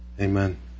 Amen